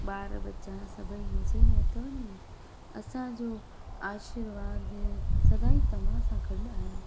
ॿार ॿचा सभेई मज़े में अथव न असांजो आशीर्वाद सदाईं तव्हां सां गॾु आहे